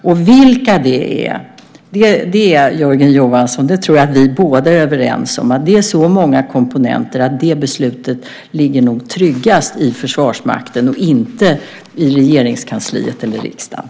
Jag tror att vi är överens, Jörgen Johansson, om att det är så många komponenter i det att beslutet nog ligger tryggast i Försvarsmakten, och inte i Regeringskansliet eller riksdagen.